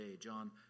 John